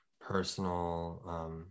personal